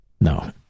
No